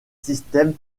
systèmes